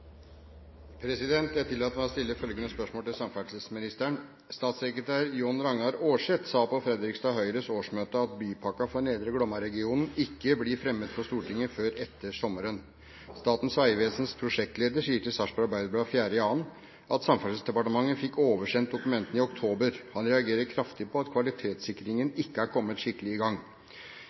3. Jeg tillater meg å stille følgende spørsmål til samferdselsministeren: «Statssekretær John-Ragnar Aarset sa på Fredrikstad Høyres årsmøte at bypakka for Nedre Glomma-regionen ikke blir fremmet for Stortinget før etter sommeren. Statens vegvesens prosjektleder sier til Sarpsborg Arbeiderblad 4. februar at Samferdselsdepartementet fikk oversendt dokumentene i oktober. Han reagerer kraftig på at kvalitetssikringen ikke er kommet skikkelig i gang.